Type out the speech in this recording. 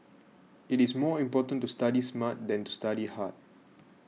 it is more important to study smart than to study hard